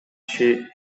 иши